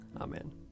Amen